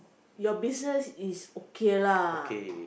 your business is okay lah